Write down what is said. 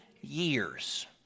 years